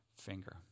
finger